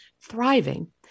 thriving